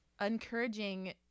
encouraging